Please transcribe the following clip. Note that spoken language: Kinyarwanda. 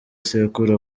sekuru